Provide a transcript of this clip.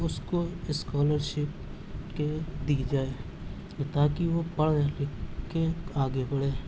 اس کو scholarship کے دی جائے تاکہ وہ پڑھ لکھ کے آگے بڑھے